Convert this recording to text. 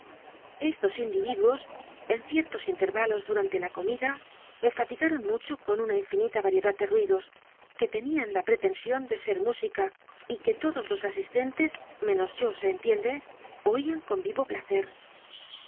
estos individuos en ciertos intervalos durante la comida me fatigaron mucho con u n a infinita variedad de ruidos que tenían la pretensión de ser música y que todos los asistentes menos yo se entiende oían con vivo placer